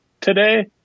today